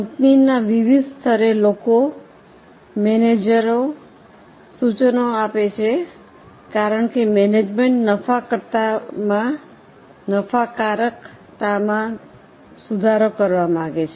કંપનીના વિવિધ સ્તરે લોકો મેનેજરો સૂચનો આપે છે કારણ કે મેનેજમેન્ટ નફાકારકતામાં સુધારો કરવા માગે છે